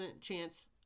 chance